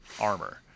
armor